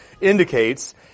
indicates